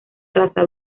raza